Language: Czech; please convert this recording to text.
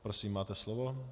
Prosím, máte slovo.